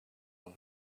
you